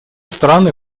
страны